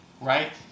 Right